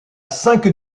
cinq